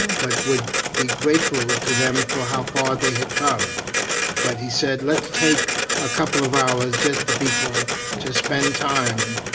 but would be grateful to them for how far they had come but he said let's take a couple of hours just for people to spend time